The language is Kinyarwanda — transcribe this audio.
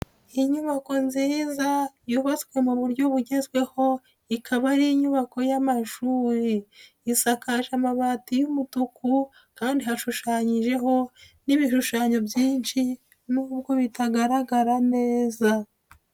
Inyubako nziza yubatswe mu buryo bugezweho ikaba ari inyubako y'amashuri. Isakaje amabati y'umutuku kandi hashushanyijeho n'ibishushanyo byinshi nubwo bitagaragara neza.